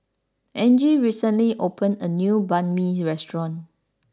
Angie recently opened a new Banh Mi restaurant